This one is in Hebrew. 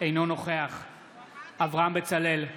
אינו נוכח אברהם בצלאל,